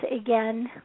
again